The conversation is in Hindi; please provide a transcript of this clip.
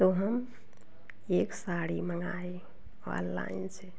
तो हम एक साड़ी मंगाएँ ऑललाइन से